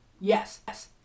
Yes